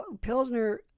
Pilsner